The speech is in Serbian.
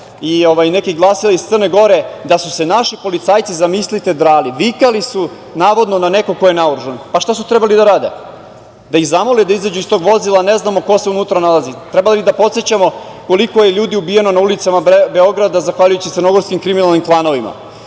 i neki glasovi iz Crne gore da su se naši policajci, zamislite, drali. Vikali su, navodno, na nekog ko je naoružan. Šta su trebali da rade? Jel da ih zamole da izađu iz tog vozila, a ne znamo ko se unutra nalazi? Trebamo li da podsećamo koliko je ljudi ubijeno na ulicama Beograda zahvaljujući crnogorskim kriminalnim klanovima,